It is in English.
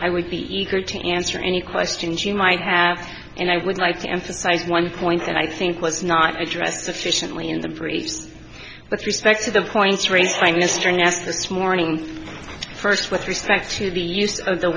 i would be eager to answer any questions you might have and i would like to emphasize one point that i think was not addressed sufficiently in the briefs with respect to the points raised by mr nast this morning first with respect to the use of the